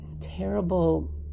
terrible